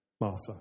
Martha